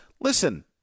listen